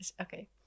Okay